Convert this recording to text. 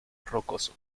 rocoso